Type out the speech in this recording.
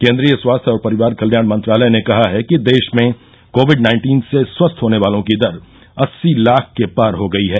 केन्द्रीय स्वास्थ्य और परिवार कल्याण मंत्रालय ने कहा है कि देश में कोविड नाइन्टीन से स्वस्थ होने वालों की संख्या अस्सी लाख के पार हो गई है